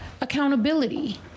accountability